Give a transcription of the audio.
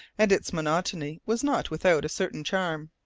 and its monotony was not without a certain charm.